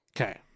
Okay